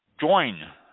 join